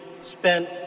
Spent